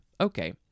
Okay